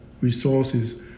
resources